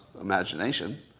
imagination